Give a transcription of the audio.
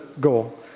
goal